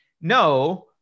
no